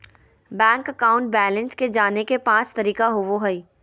bank account balance के जाने के पांच तरीका होबो हइ